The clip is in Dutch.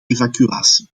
evacuatie